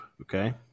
okay